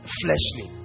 fleshly